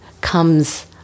comes